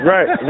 Right